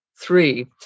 Three